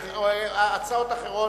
הצעות אחרות?